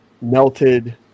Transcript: melted